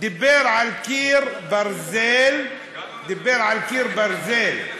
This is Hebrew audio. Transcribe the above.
דיבר על קיר ברזל, דיבר על קיר ברזל,